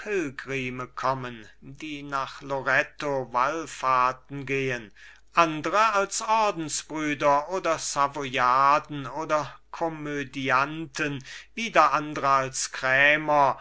pilgrime kommen die nach loretto wallfahrten gehen andre als ordensbrüder oder savoyarden oder komödianten wieder andre als krämer